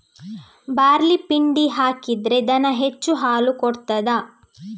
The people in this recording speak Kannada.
ಬಾರ್ಲಿ ಪಿಂಡಿ ಹಾಕಿದ್ರೆ ದನ ಹೆಚ್ಚು ಹಾಲು ಕೊಡ್ತಾದ?